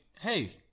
hey